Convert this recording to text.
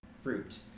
fruit